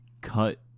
cut